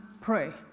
pray